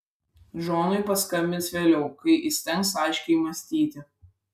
džonui paskambins vėliau kai įstengs aiškiai mąstyti